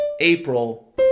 April